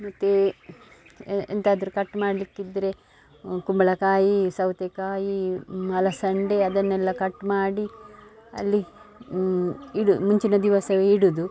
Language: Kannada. ಮತ್ತು ಎಂತಾದರೂ ಕಟ್ ಮಾಡಲಿಕ್ಕಿದ್ರೆ ಕುಂಬಳಕಾಯಿ ಸೌತೆಕಾಯಿ ಅಲಸಂದಿ ಅದನ್ನೆಲ್ಲ ಕಟ್ ಮಾಡಿ ಅಲ್ಲಿ ಇಡು ಮುಂಚಿನ ದಿವಸವೇ ಇಡುವುದು